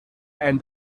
and